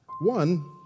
One